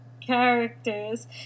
characters